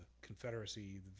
Confederacy